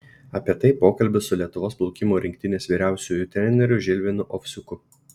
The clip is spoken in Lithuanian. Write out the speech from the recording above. apie tai pokalbis su lietuvos plaukimo rinktinės vyriausiuoju treneriu žilvinu ovsiuku